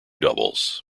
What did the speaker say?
doubles